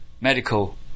medical